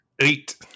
Eight